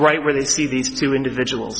right where they see these two individuals